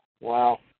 Wow